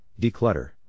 declutter